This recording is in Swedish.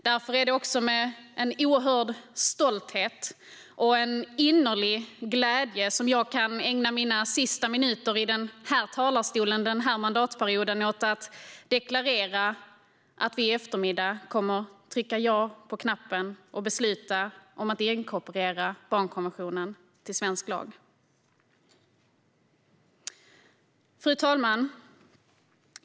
Därför är det med en oerhörd stolthet och en innerlig glädje som jag kan ägna mina sista minuter i den här talarstolen den här mandatperioden åt att deklarera att vi i eftermiddag kommer att trycka ja på knappen och besluta om att inkorporera barnkonventionen till svensk lag. Fru talman!